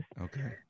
okay